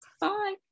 Bye